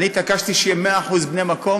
אני התעקשתי שיהיה 100% בני המקום,